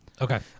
Okay